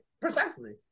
Precisely